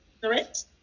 correct